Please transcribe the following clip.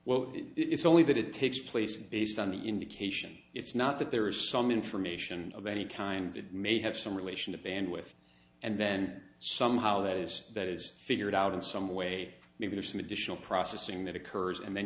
well it's only that it takes place based on the indication it's not that there is some information of any kind that may have some relation to band with and then somehow that is that is figured out in some way maybe there's some additional processing that occurs and then